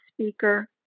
speaker